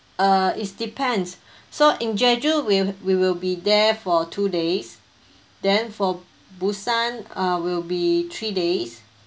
uh it's depends so in jeju we'll we will be there for two days then for busan uh will be three days